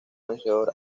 vencedor